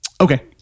okay